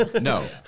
No